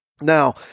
Now